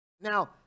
Now